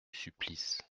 supplice